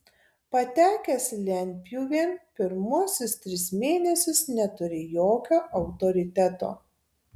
patekęs lentpjūvėn pirmuosius tris mėnesius neturi jokio autoriteto